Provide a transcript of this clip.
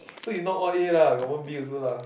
so you not all A lah you got one B also lah